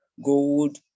Gold